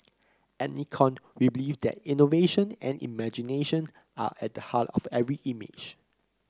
at Nikon we believe that innovation and imagination are at the heart of every image